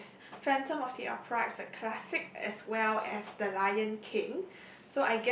yes Phantom-of-the-Opera is a classic as well as the Lion-King